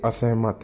असहमत